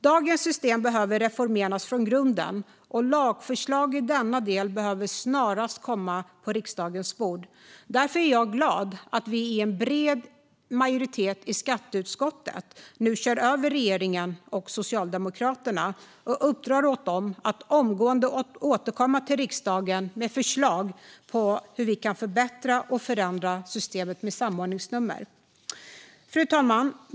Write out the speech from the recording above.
Dagens system behöver reformeras från grunden, och lagförslag i denna del behöver snarast komma på riksdagens bord. Därför är jag glad att vi i bred majoritet i skatteutskottet nu kör över regeringen och Socialdemokraterna och uppdrar åt dem att omgående återkomma till riksdagen med förslag för att förbättra och förändra systemet med samordningsnummer. Fru talman!